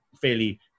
fairly